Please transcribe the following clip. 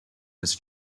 his